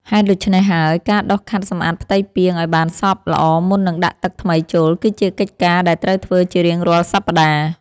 ហេតុដូច្នេះហើយ ការដុសខាត់សម្អាតផ្ទៃពាងឱ្យបានសព្វល្អមុននឹងដាក់ទឹកថ្មីចូល គឺជាកិច្ចការដែលត្រូវធ្វើជារៀងរាល់សប្តាហ៍។